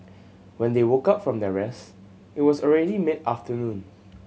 when they woke up from their rest it was already mid afternoon